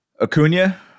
Acuna